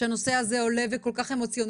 כשהנושא הזה עולה והוא כל כך אמוציונלי,